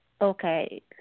Okay